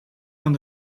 van